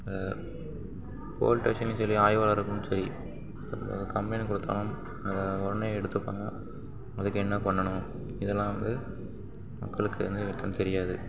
போல்டேஷன்லியும் சரி ஆய்வாளர்களும் சரி கம்ப்ளைண்ட்டுனு கொடுத்தாலும் அதை உடனே எடுத்து பண்ண அதுக்கு என்ன பண்ணணும் இதல்லாம் வந்து மக்களுக்கு எதுவுமே தெரியாது